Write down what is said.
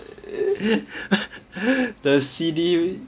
the C_D